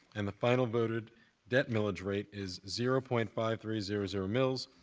and the final voted debt millage rate is zero point five three zero zero mills.